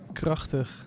krachtig